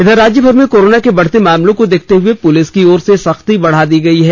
इधर राज्यभर में कोरोना के बढ़ते मामलों को देखते हए पूलिस की ओर से सख्ती बढ़ा दी गयी है